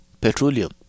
petroleum